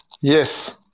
Yes